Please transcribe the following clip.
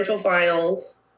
finals